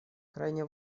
крайне